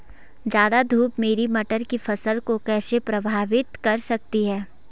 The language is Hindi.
ज़्यादा धूप मेरी मटर की फसल को कैसे प्रभावित कर सकती है?